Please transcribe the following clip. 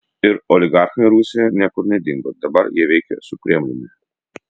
ir oligarchai rusijoje niekur nedingo dabar jie veikia su kremliumi